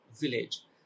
village